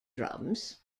drums